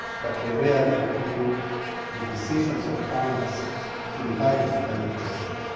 but they rarely include the decisions of farmers in light of climate change.